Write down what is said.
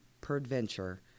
peradventure